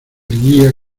guía